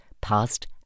past